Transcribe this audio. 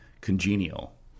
congenial